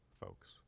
folks